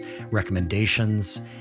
recommendations